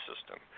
system